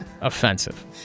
offensive